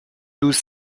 douze